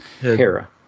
Hera